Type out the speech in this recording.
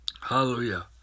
Hallelujah